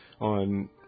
on